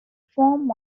form